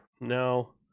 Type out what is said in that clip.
No